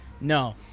No